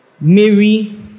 Mary